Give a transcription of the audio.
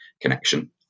connection